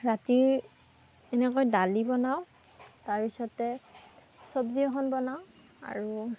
ৰাতি এনেকৈ দালি বনাওঁ তাৰপিছতে চবজি এখন বনাওঁ আৰু